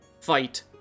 fight